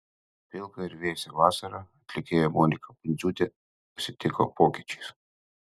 pilką ir vėsią vasarą atlikėja monika pundziūtė pasitiko pokyčiais